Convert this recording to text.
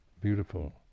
beautiful